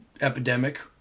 epidemic